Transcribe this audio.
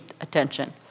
attention